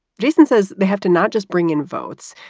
jason, says they have to not just bring in votes,